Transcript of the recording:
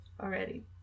already